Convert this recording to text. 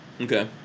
Okay